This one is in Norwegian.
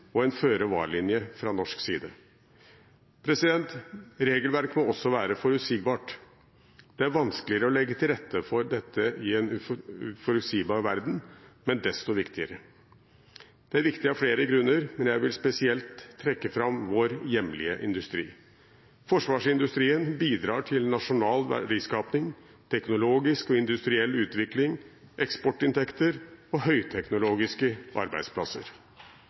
og en føre-var-linje fra norsk side. Regelverket må også være forutsigbart. Det er vanskeligere å legge til rette for dette i en uforutsigbar verden, men desto viktigere. Det er viktig av flere grunner. Jeg vil spesielt trekke fram vår hjemlige industri. Forsvarsindustrien bidrar til nasjonal verdiskaping, teknologisk og industriell utvikling, eksportinntekter og høyteknologiske arbeidsplasser.